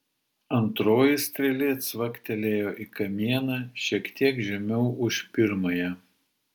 antroji strėlė cvaktelėjo į kamieną šiek tiek žemiau už pirmąją